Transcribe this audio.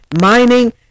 Mining